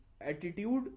attitude